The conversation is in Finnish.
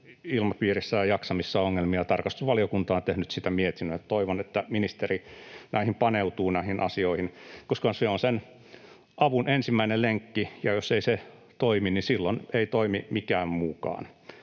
työilmapiirissä ja jaksamisessa ongelmia. Tarkastusvaliokunta on tehnyt siitä mietinnön, ja toivon, että ministeri paneutuu näihin asioihin, koska se on sen avun ensimmäinen lenkki, ja jos ei se toimi, niin silloin ei toimi mikään muukaan.